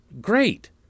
Great